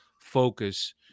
focus